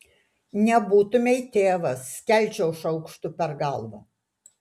nebūtumei tėvas skelčiau šaukštu per galvą